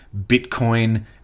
Bitcoin